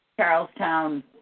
Charlestown